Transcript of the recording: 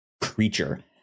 creature